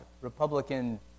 Republican